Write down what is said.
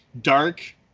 dark